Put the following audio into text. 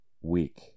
week